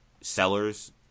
sellers